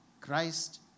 Christ